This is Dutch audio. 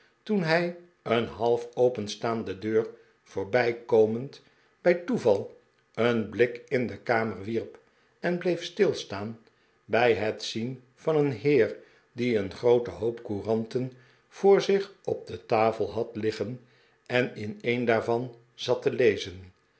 toen hij een half openstaande deur voorbij komend bij toeval een blik in de kamer wierp en bleef stilstaan bij het zien van een heer die een grooten hoop courahten voor zich op de tafel had liggen en in een daarvan zat te lezen